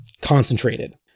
concentrated